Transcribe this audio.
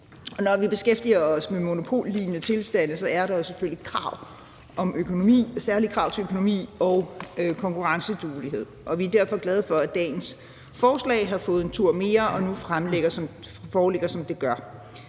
Når vi beskæftiger os med monopollignende tilstande, er der selvfølgelig krav til økonomi og konkurrenceduelighed, og vi er derfor glade for, at dagens forslag har fået en tur mere og nu foreligger, som det gør.